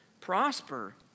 prosper